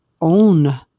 own